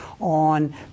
on